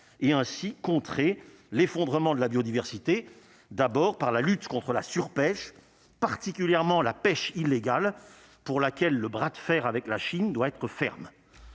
et ainsi contrer l'effondrement de la biodiversité, d'abord par la lutte contre la surpêche particulièrement la pêche illégale pour laquelle le bras de fer avec la Chine doit être ferme